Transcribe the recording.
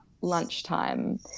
lunchtime